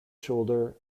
shoulder